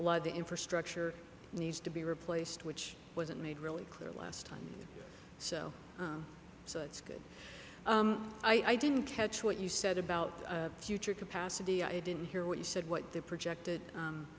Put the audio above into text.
a lot of the infrastructure needs to be replaced which wasn't made really clear last time so so it's good i didn't catch what you said about future capacity i didn't hear what he said what the projected